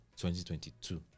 2022